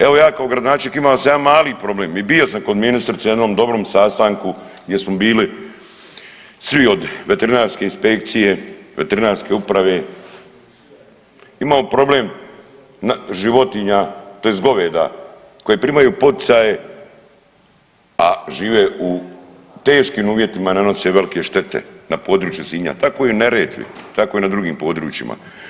Evo ja kao gradonačelnik sam imao jedan mali problem i bio sam kod ministrice na jednom dobrom sastanku gdje smo bili svi od veterinarske inspekcije, veterinarske uprave, imamo problem životinja tj. goveda koji primaju poticaje, a žive u teškim uvjetima nanose velike štete na području Sinja, tako i Neretve, tako i na drugim područjima.